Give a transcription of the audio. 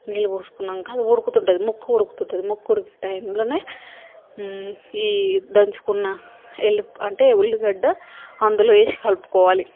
నీళ్ళు పోసుకున్నాక అది ఉడుకుతుంటుంది ముక్క ఉడుకుతుంటుంది ముక్క ఉడికే టైంలోనే ఈ దంచుకున్న వెళ్లి అంటే ఉల్లిగడ్డ అందులో ఏసి కలుపుకోవాలి